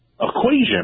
equation